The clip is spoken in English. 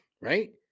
Right